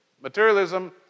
Materialism